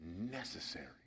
necessary